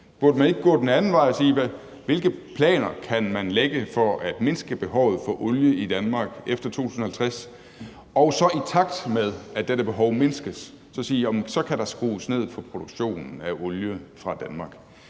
Burde man ikke gå den anden vej og sige: Hvilke planer kan man lægge for at mindske behovet for olie i Danmark efter 2050, og så kan man, i takt med at dette behov mindskes, skrue ned for produktionen af olie fra Danmark?